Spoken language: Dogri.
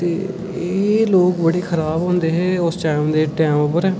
एह् लोक बड़े खराब होंदे हे एह् ओस टैम होंदे हे उस टैम उप्पर